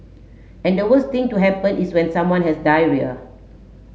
and the worst thing to happen is when someone has diarrhoea